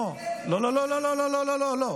לא לא לא לא לא.